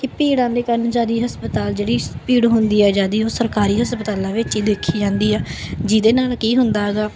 ਕੀ ਭੀੜਾਂ ਦੇ ਕਾਰਨ ਜ਼ਿਆਦੀ ਹਸਪਤਾਲ ਜਿਹੜੀ ਸ ਭੀੜ ਹੁੰਦੀ ਹੈ ਜ਼ਿਆਦੀ ਉਹ ਸਰਕਾਰੀ ਹਸਪਤਾਲਾਂ ਵਿੱਚ ਹੀ ਦੇਖੀ ਜਾਂਦੀ ਆ ਜਿਹਦੇ ਨਾਲ ਕੀ ਹੁੰਦਾ ਗਾ